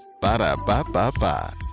Ba-da-ba-ba-ba